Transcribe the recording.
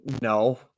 no